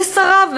לשריו,